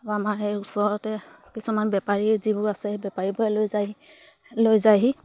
আমাৰ সেই ওচৰতে কিছুমান বেপাৰী যিবোৰ আছে সেই বেপাৰীবোৰে লৈ যায় লৈ যায়হি